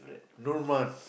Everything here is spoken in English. no month